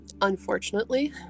Unfortunately